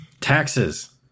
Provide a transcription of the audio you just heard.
Taxes